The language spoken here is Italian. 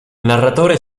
narratore